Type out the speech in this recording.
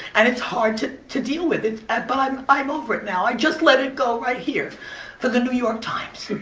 and it's hard to to deal with it. ah but i'm i'm over it now. i just let it go right here for the new york times